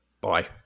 Bye